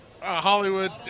Hollywood